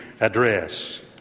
address